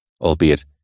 albeit